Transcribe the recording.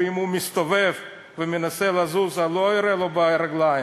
ואם הוא מסתובב ומנסה לזוז הוא לא יורה לו ברגליים,